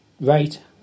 right